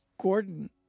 Gordon